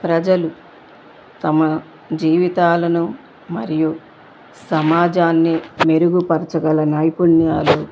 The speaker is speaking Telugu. ప్రజలు తమ జీవితాలను మరియు సమాజాన్ని మెరుగుపరచగల నైపుణ్యాలు